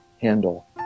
handle